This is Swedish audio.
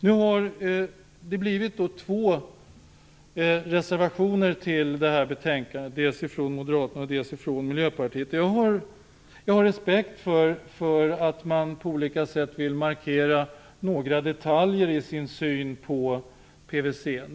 Det har fogats två reservationer till betänkandet, dels en från Moderaterna, dels en från Miljöpartiet. Jag har respekt för att man på olika sätt vill markera några detaljer i sin syn på PVC.